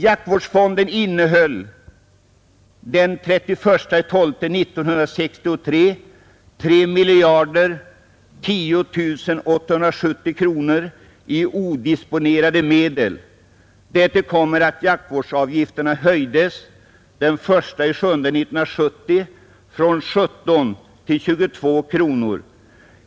Jaktvårdsfonden innehöll enligt uppgifter jag fått den 31 december 1969 3 miljarder 10 870 kronor i odisponerade medel. Därtill kommer att jaktvårdsavgifterna den 1 juli 1970 höjdes från 17 till 22 kronor.